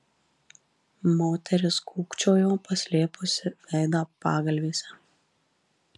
moteris kūkčiojo paslėpusi veidą pagalvėse